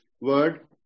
word